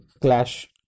clash